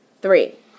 three